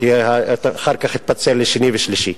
כי אחר כך התפצל לשני ושלישי,